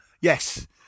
yes